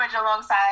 alongside